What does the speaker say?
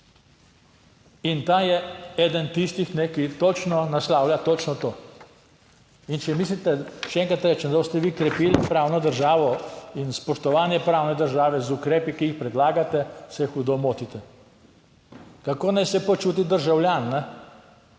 In ta je eden tistih, ki točno naslavlja točno to, in če mislite, še enkrat rečem, da boste vi krepili pravno državo in spoštovanje pravne države z ukrepi, ki jih predlagate, se hudo motite. Kako naj se počuti državljan, ki